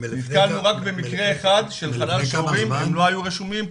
נתקלנו רק במקרה אחד של חלל שההורים לא היו רשומים,